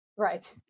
Right